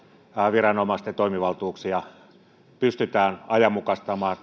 viranomaisten toimivaltuuksia pystytään ajanmukaistamaan